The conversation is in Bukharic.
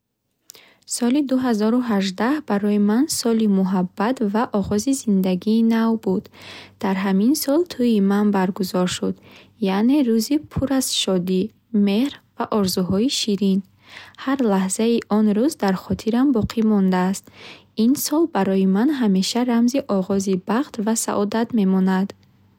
Соли дуҳазору ҳаждаҳ барои ман соли муҳаббат ва оғози зиндагии нав буд. Дар ҳамин сол тӯи ман баргузор шуд, яъне рӯзи пур аз шодӣ, меҳр ва орзуҳои ширин. Ҳар лаҳзаи он рӯз дар хотирам боқӣ мондааст. Ин сол барои ман ҳамеша рамзи оғози бахт ва саодат мемонад.